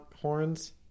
horns